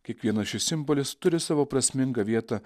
kiekvienas šis simbolis turi savo prasmingą vietą